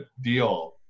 deal